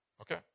Okay